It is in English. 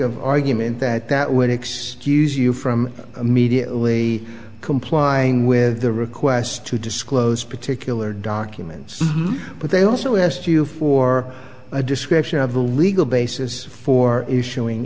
of argument that that would excuse you from immediately complying with the request to disclose particular documents but they also asked you for a description of the legal basis for issuing